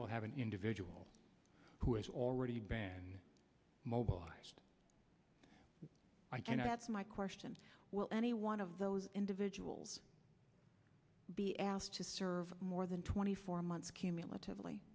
well have an individual who has already been mobilized i can my question well any one of those individuals be asked to serve more than twenty four months cumulatively